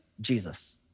Jesus